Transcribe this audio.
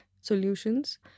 solutions